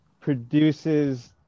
produces